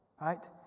right